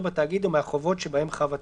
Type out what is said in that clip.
בתאגיד או מהחובות שבהם חב התאגיד."